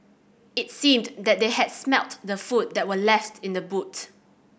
it seemed that they had smelt the food that were left in the boot